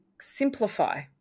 simplify